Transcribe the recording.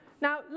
Now